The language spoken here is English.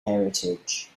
heritage